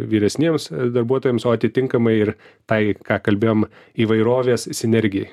vyresniems darbuotojams o atitinkamai ir tai ką kalbėjom įvairovės sinergijai